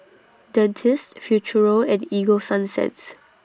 Dentiste Futuro and Ego Sunsense